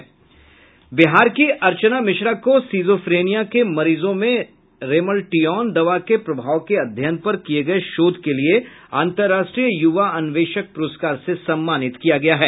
बिहार की अर्चना मिश्रा को सिजोफ्रेनिया के मरीजों में रेमेलटीऑन दवा के प्रभाव के अध्ययन पर किये गए शोध के लिए अंतरराष्ट्रीय युवा अन्वेषक प्रस्कार से सम्मानित किया गया है